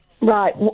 Right